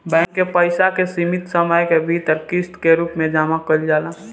bank के पइसा के सीमित समय के भीतर किस्त के रूप में जामा कईल जाला